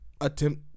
Attempt